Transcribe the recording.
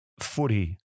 Footy